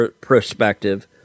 perspective